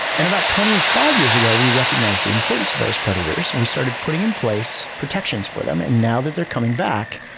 and about twenty five years ago we recognized the importance of those predators and we started putting in place protections for them. and now that they're coming back,